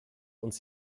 uns